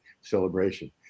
celebration